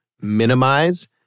minimize